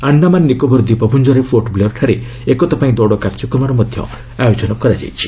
ଆଣ୍ଡାମାନ ନିକୋବର ଦ୍ୱୀପପୁଞ୍ଜରେ ପୋର୍ଟବ୍ଲୋୟାର୍ଠାରେ ଏକତା ପାଇଁ ଦୌଡ଼ କାର୍ଯ୍ୟକ୍ରମର ଆୟୋଜନ କରାଯାଇଛି